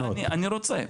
אני רוצה,